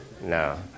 No